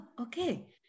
okay